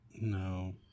No